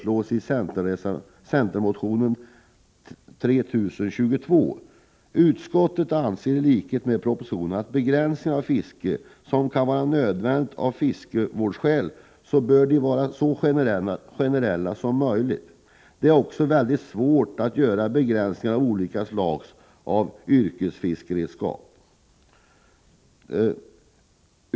Utskottet anser i likhet med vad som sägs i propositionen att en begränsning av fiske som kan vara nödvändig av fiskevårdsskäl bör vara så generell som möjligt. Vidare är det väldigt svårt att göra begränsningar av olika slag i fråga om användningen av yrkesfiskeredskap.